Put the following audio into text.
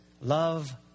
love